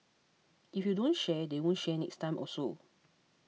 if you don't share they won't share next time also